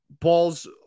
balls